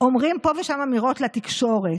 אומרים פה ושם אמירות לתקשורת.